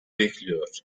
bekliyor